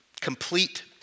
complete